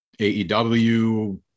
AEW